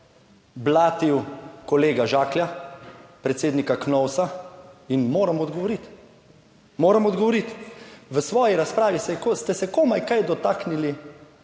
blatil kolega Žaklja, predsednika Knovsa, in moram odgovoriti, moram odgovoriti. V svoji razpravi ste se komaj kaj dotaknili